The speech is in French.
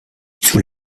sous